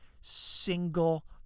single